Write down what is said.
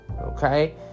Okay